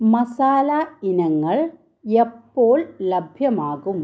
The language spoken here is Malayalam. മസാല ഇനങ്ങൾ എപ്പോൾ ലഭ്യമാകും